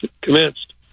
commenced